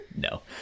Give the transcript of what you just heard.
No